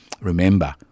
remember